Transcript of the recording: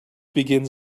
begins